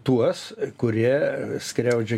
tuos kurie skriaudžia